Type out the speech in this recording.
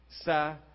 sa